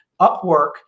Upwork